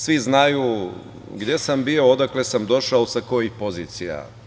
Svi znaju gde sam bio, odakle sam došao, sa kojih pozicija.